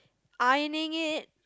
ironing it